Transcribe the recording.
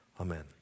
amen